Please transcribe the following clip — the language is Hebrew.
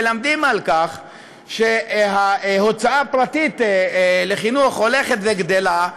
מלמדים על כך שההוצאה הפרטית לחינוך הולכת וגדלה,